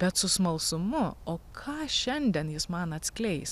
bet su smalsumu o ką šiandien jis man atskleis